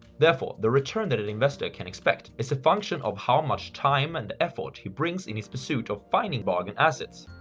therefore, the return that an investor can expect is a function of how much time and effort he brings in his pursuit of finding bargain assets.